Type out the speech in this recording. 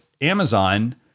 Amazon